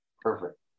perfect